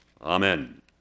Amen